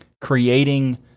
creating